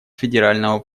федерального